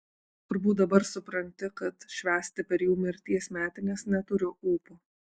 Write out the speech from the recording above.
turbūt dabar supranti kad švęsti per jų mirties metines neturiu ūpo